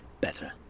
better